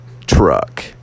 truck